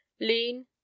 Lean